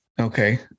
Okay